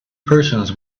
persons